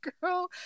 girl